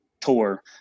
tour